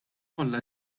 kollha